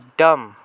dumb